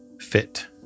fit